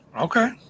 Okay